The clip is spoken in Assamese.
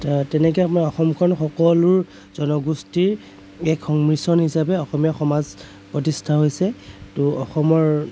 তে তেনেকে আমাৰ অসমখন সকলো জনগোষ্ঠীৰ এক সংমিশ্ৰণ হিচাপে অসমীয়া সমাজ প্ৰতিষ্ঠা হৈছে ত' অসমৰ